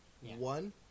One